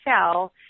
sell